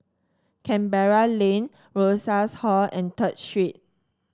Canberra Lane Rosas Hall and Third Street